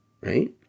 right